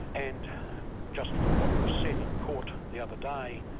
and just from what was said in court the other day,